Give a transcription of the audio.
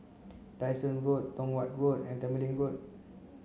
Dyson Road Tong Watt Road and Tembeling Road